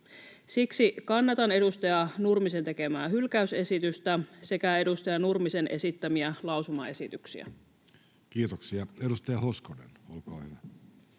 Siksi kannatan edustaja Nurmisen tekemää hylkäysesitystä sekä edustaja Nurmisen esittämiä lausumaesityksiä. Kiitoksia. — Edustaja Hoskonen, olkaa hyvä.